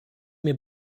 mir